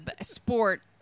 sport